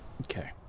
Okay